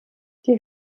die